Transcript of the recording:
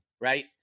right